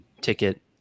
ticket